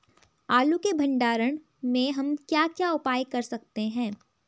आलू के भंडारण में हम क्या क्या उपाय कर सकते हैं?